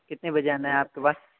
कितने बजे आना है आपके पास